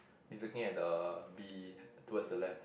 is looking at the bee towards the left